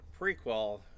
prequel